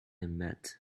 met